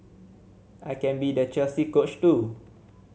I can be the Chelsea Coach too